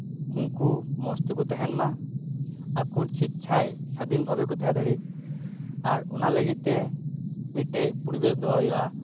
ᱩᱱᱠᱩ ᱢᱚᱸᱡᱽ ᱛᱮᱠᱚ ᱛᱟᱦᱮᱱ ᱢᱟ ᱟᱠᱚ ᱥᱮᱪᱽᱪᱷᱟᱭ ᱥᱟᱫᱷᱤᱱ ᱵᱷᱟᱵᱮ ᱠᱚ ᱛᱟᱦᱮᱸ ᱫᱟᱲᱮᱜ ᱟᱨ ᱚᱱᱟ ᱞᱟᱹᱜᱤᱫ ᱛᱮ ᱢᱤᱫᱴᱮᱱ ᱯᱚᱨᱤᱵᱮᱥ ᱫᱚᱦᱚ ᱦᱩᱭᱩᱜᱼᱟ